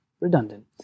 redundant